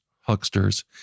hucksters